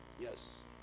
Yes